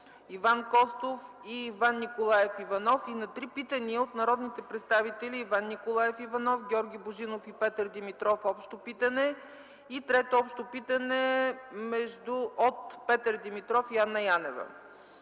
Иван Костов и Иван Николаев Иванов, и на три питания от народните представители Иван Николаев Иванов, Георги Божинов и Петър Димитров – общо питане, и трето общо питане от Петър Димитров и Анна Янева.